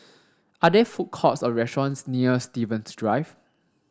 are there food courts or restaurants near Stevens Drive